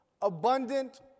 abundant